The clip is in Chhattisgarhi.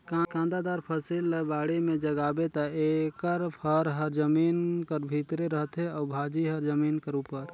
कांदादार फसिल ल बाड़ी में जगाबे ता एकर फर हर जमीन कर भीतरे रहथे अउ भाजी हर जमीन कर उपर